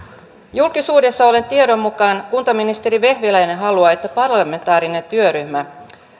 julkisuudessa olleen tiedon mukaan kuntaministeri vehviläinen haluaa että parlamentaarisen työryhmän